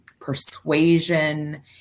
persuasion